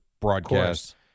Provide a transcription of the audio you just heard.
broadcast